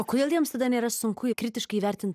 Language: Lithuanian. o kodėl jiems tada nėra sunku kritiškai įvertint